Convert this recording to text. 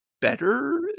better